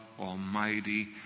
Almighty